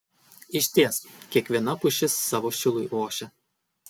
išties kiekviena pušis savo šilui ošia